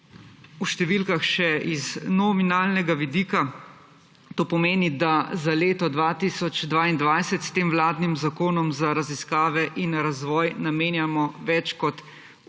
v številkah še z nominalnega vidika, to pomeni, da za leto 2022 s tem vladnim zakonom za raziskave in razvoj namenjamo več kot